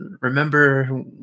remember